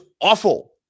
awful